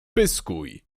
pyskuj